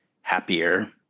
happier